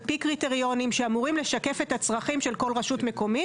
קריטריונים שאמורים לשקף את הצרכים של כל רשות מקומית,